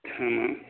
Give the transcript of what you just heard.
ஆமாம்